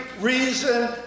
reason